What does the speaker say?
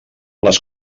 les